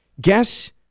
guess